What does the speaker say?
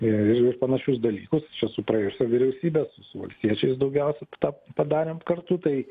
ir ir ir panašius dalykus čia su praėjusia vyriausybe su su valstiečiais daugiausia tą padarėm kartu tai